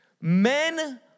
Men